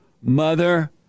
mother